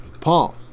Paul